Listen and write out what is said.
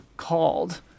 called